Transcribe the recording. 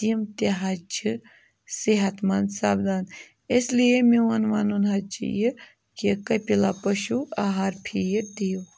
تِم تہِ حظ چھِ صحت مند سَپدان اِس لیے میون وَنُن حظ چھِ یہِ کہِ کٔپِلا پٔشوٗ آہار فیٖڈ دِیِو